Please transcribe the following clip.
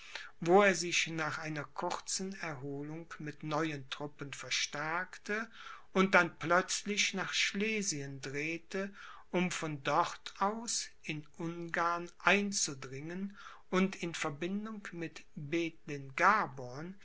wo er sich nach einer kurzen erholung mit neuen truppen verstärkte und dann plötzlich nach schlesien drehte um von dort aus in ungarn einzudringen und in verbindung mit